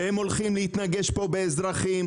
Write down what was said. הם הולכים להתנגש פה באזרחים,